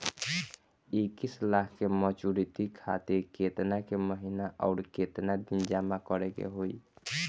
इक्कीस लाख के मचुरिती खातिर केतना के महीना आउरकेतना दिन जमा करे के होई?